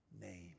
name